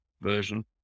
version